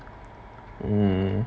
mm